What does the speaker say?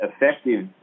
effective